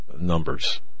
Numbers